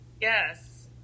Yes